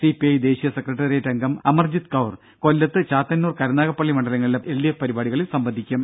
CPI ദേശീയ secretariat അംഗം അമർജിത് കൌർ കൊല്ലത്ത് ചാത്തന്നൂർ കരുനാഗപ്പള്ളി മണ്ഡലങ്ങളിലെ എൽഡിഎഫ് പരിപാടികളിൽ സംബന്ധിക്കും